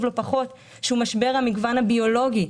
לא פחות שהוא משבר המגוון הביולוגי.